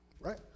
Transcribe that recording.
right